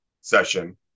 session